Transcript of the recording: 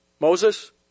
Moses